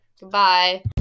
Goodbye